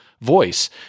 voice